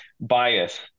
bias